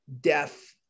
death